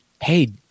hey